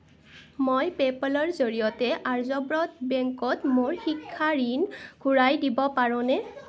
মই পে'পলৰ জৰিয়তে আৰ্যব্ৰত বেংকত মোৰ শিক্ষা ঋণ ঘূৰাই দিব পাৰোঁনে